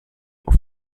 auf